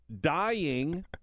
dying